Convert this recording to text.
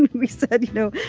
and we said, you know,